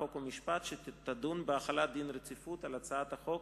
חוק ומשפט שתדון בהחלת דין רציפות על הצעת חוק